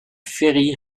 ferry